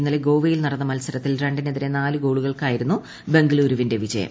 ഇന്നലെ ഗോവയിൽ നടന്ന മത്സരത്തിൽ രണ്ടിനെതിരെ നാല് ഗോളുകൾക്കായിരുന്നു ബംഗളുരുവിന്റെ വിജയം